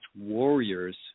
Warriors